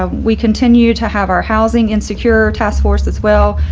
ah we continue to have our housing insecure task force as well,